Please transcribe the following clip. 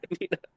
Nina